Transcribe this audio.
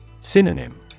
Synonym